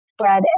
spread